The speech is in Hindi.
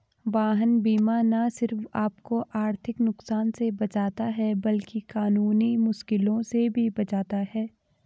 वाहन बीमा न सिर्फ आपको आर्थिक नुकसान से बचाता है, बल्कि कानूनी मुश्किलों से भी बचाता है